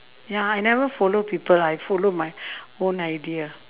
ya I never follow people I follow my own idea